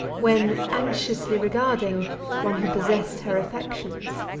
when anxiously regarding one who possessed her affections.